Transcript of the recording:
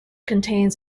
contains